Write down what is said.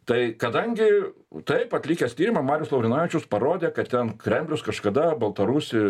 tai kadangi taip atlikęs tyrimą marius laurinavičius parodė kad ten kremlius kažkada baltarusį